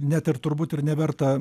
net ir turbūt ir neverta